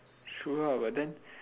true ah but then